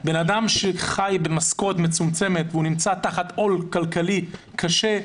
בן אדם שחי במשכורת מצומצמת והוא נמצא תחת עול כלכלי קשה,